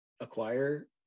acquire